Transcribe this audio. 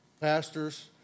pastors